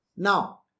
Now